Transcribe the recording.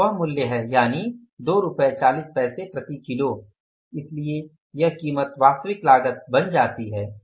यह वह मूल्य है यानि 24 रुपये प्रति किलो है इसलिए यह कीमत वास्तविक लागत बन जाती है